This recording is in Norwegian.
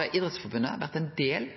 av høyringa. I